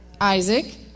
Isaac